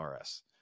RS